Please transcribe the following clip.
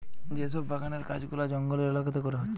যে সব বাগানের কাজ গুলা জঙ্গলের এলাকাতে করা হচ্ছে